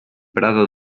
prado